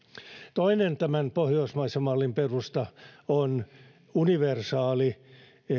toinen tämän pohjoismaisen mallin perusta on universaali